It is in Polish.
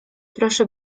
proszę